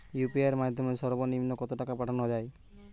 UPI এর মাধ্যমে সর্ব নিম্ন কত টাকা পাঠানো য়ায়?